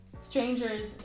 strangers